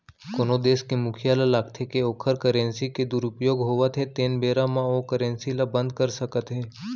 कोनो देस के मुखिया ल लागथे के ओखर करेंसी के दुरूपयोग होवत हे तेन बेरा म ओ करेंसी ल बंद कर सकत हे